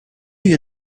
you